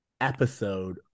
episode